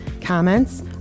comments